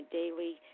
daily